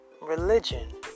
Religion